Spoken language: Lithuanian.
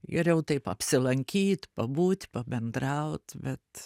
geriau taip apsilankyt pabūt pabendraut bet